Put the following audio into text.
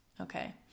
Okay